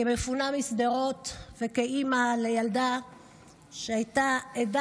כמפונה משדרות וכאימא לילדה שהייתה עדה